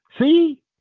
see